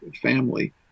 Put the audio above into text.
family